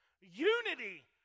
Unity